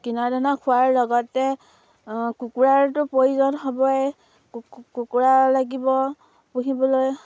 কিনা দানা খোৱাৰ লগতে কুকুৰাৰটো প্ৰয়োজন হ'বই কুকুৰা লাগিব পুহিবলৈ